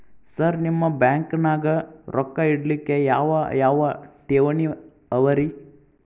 Sir ನಿಮ್ಮ ಬ್ಯಾಂಕನಾಗ ರೊಕ್ಕ ಇಡಲಿಕ್ಕೆ ಯಾವ್ ಯಾವ್ ಠೇವಣಿ ಅವ ರಿ?